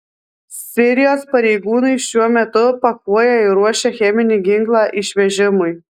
sirijos pareigūnai šiuo metu pakuoja ir ruošia cheminį ginklą išvežimui